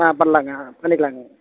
ஆ பண்ணலாங்க பண்ணிக்கலாங்க